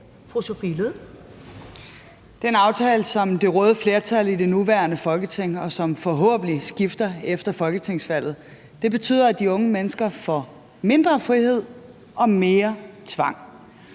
Løhde (V): Den aftale, som det røde flertal i det nuværende Folketing – som forhåbentlig skifter efter folketingsvalget – har lavet, betyder, at de unge mennesker får mindre frihed og mere tvang.